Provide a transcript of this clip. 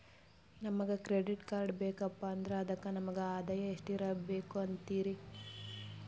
ನಮಗ credit card ಬೇಕಪ್ಪ ಅಂದ್ರ ಅದಕ್ಕ ನಮಗ ಆದಾಯ ಎಷ್ಟಿರಬಕು ಅಂತೀರಿ?